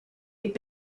had